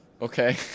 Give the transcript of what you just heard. Okay